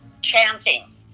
chanting